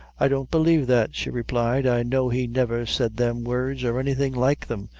i don't believe that, she replied, i know he never said them words, or anything like them.